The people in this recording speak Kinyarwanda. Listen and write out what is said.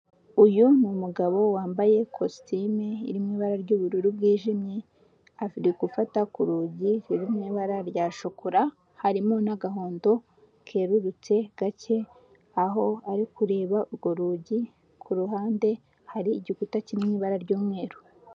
Uyu ni numugabo wambaye ikositimu iririmo ibara ry'ubururu bwijimye hafi gufata ku rugi ruri mw'ibara rya shokora harimo n'agahondo kerurutse gake aho ari kureba urwo rugi kuruhande hari igikuta cyirimo ibara ry'umweru.